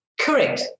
Correct